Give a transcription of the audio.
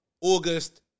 August